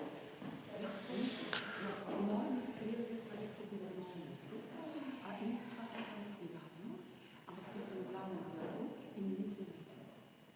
Hvala,